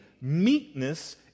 meekness